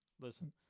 Listen